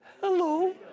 hello